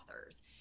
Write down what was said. authors